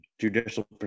judicial